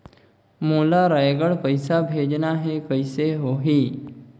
मोला रायगढ़ पइसा भेजना हैं, कइसे होही?